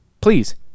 Please